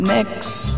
Next